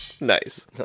Nice